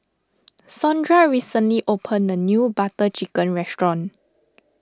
Saundra recently opened a new Butter Chicken restaurant